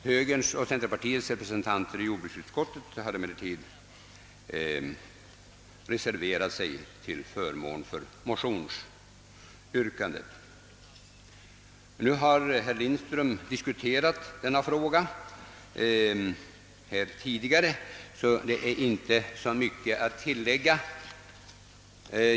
Högerns och centerpartiets representanter i jordbruksutskottet har emellertid reserverat sig till förmån för motionsyrkandet. Herr Lindström har tidigare berört denna fråga, och det finns inte så mycket att tillägga.